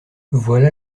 voilà